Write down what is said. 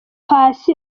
paccy